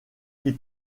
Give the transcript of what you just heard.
qui